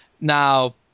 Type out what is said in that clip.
Now